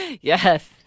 Yes